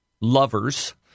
lovers